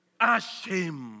ashamed